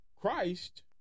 Christ